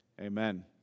amen